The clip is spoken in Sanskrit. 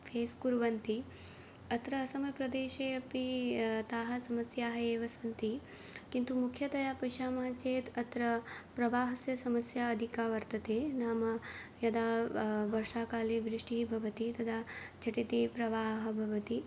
फ़ेस् कुर्वन्ति अत्र असमप्रदेशे अपि ताः समस्याः एव सन्ति किन्तु मुख्यतया पश्यामः चेत् अत्र प्रवाहस्य समस्या अधिका वर्तते नाम यदा व वर्षाकाले वृष्टिः भवति तदा झटिति प्रवाहः भवति